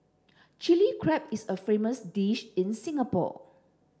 Chilli Crab is a famous dish in Singapore